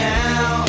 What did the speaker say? now